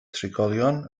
trigolion